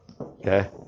Okay